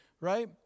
right